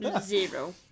Zero